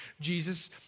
Jesus